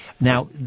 Now